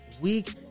week